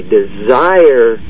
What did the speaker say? desire